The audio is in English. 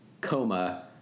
coma